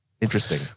interesting